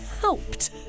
helped